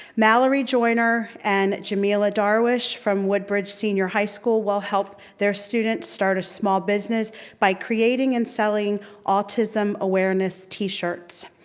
mallory joiner, and jameela darwish, from woodbridge senior high school, will help their students start a small business by creating and selling autism awareness t-shirts.